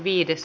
asia